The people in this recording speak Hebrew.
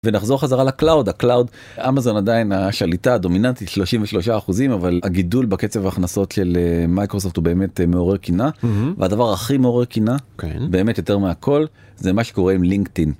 ונחזור חזרה לקלאוד הקלאוד אמזון עדיין השליטה הדומיננטית 33% אבל הגידול בקצב ההכנסות של מייקרוספט הוא באמת מעורר קינא והדבר הכי מעורר קינא באמת יותר מהכל זה מה שקורה עם לינקדין.